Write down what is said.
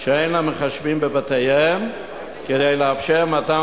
שאין להם מחשבים בבתיהם כדי לאפשר מתן